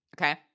Okay